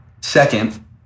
second